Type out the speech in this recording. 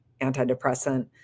antidepressant